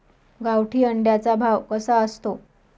गावठी अंड्याचा भाव कसा असतो?